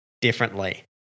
differently